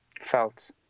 felt